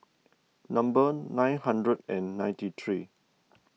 number nine hundred and ninety three